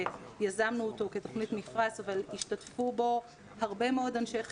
שיזמנו אותו כתכנית "מפרש" אבל השתתפו בו הרבה מאוד אנשי חינוך,